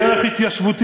היא ערך התיישבותי,